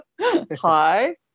Hi